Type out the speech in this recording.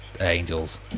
Angels